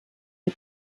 der